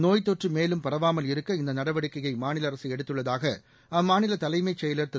நோய்த் தொற்று மேலும் பரவாமல் இருக்க இந்த நடவடிக்கையை மாநில அரசு எடுத்துள்ளதாக அம்மாநில தலைமைச் செயலர் திரு